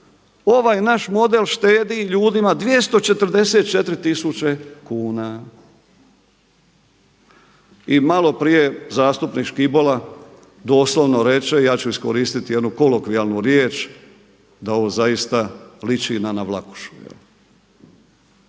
ovaj naš model štedi ljudima 244 tisuće kuna. I malo prije zastupnik Škibola doslovno reče, ja ću iskoristiti jednu kolokvijalnu riječ, da ovo zaista liči na navlakušu.